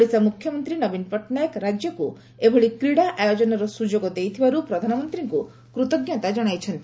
ଓଡ଼ିଶା ମୁଖ୍ୟମନ୍ତ୍ରୀ ନବୀନ ପଟ୍ଟନାୟକ ରାଜ୍ୟକୁ ଏଭଳି କ୍ରୀଡ଼ା ଆୟୋଜନର ସୁଯୋଗ ଦେଇଥିବାରୁ ପ୍ରଧାନମନ୍ତ୍ରୀଙ୍କୁ କୃତଜ୍ଞତା ଜଣାଇଛନ୍ତି